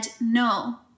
no